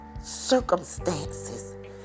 circumstances